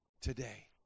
today